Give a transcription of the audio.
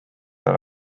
tal